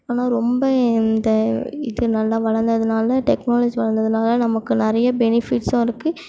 ஆனால் ரொம்ப இந்த இது நல்ல வளர்ந்ததுனால டெக்னாலஜி வளர்ந்ததுனால நமக்கு நிறைய பெனிஃபிட்ஸும் இருக்குது